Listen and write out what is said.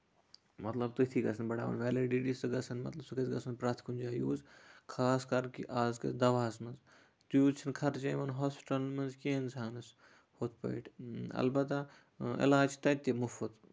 مطلب تٔتھی گژھن بَڑاوٕنۍ ویلِڈِٹی سُہ گژھن مطلب سُہ گژھِ گژھُن پرٛٮ۪تھ کُنہِ جایہِ یوٗز خاص کر کہِ آزکِس دَوہَس منٛز تیوٗت چھُنہٕ خرچہٕ یِمَن ہاسپِٹلَن منٛز کینٛہہ اِنسانَس ہُتھ پٲٹھۍ اَلبتہ علاج چھُ تَتۍ تہِ مُفُت